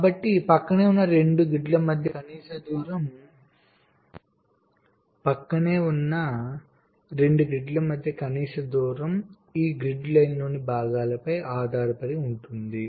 కాబట్టి ప్రక్కనే ఉన్న రెండు గ్రిడ్ల మధ్య కనీస దూరం ఈ గ్రిడ్ లైన్లలోని భాగాలపై ఆధారపడి ఉంటుంది